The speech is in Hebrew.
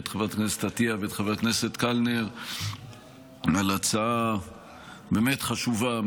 את חברת הכנסת עטייה ואת חבר הכנסת קלנר על הצעה באמת חשובה,